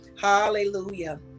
Hallelujah